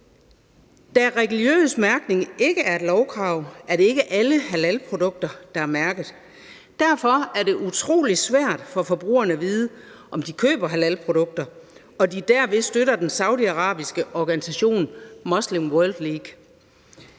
Da religiøs mærkning ikke er et lovkrav, er det ikke alle halalprodukter, der er mærkede, og derfor er det utrolig svært for forbrugerne at vide, om de køber halalprodukter og de derved støtter den saudiarabiske organisation Muslim World League.